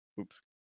Oops